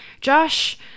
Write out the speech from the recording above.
josh